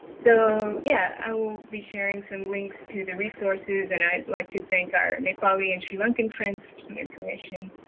so yeah, i will be sharing some links to the resources, and i'd like to think our nepali and sri lankan friends for some information.